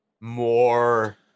more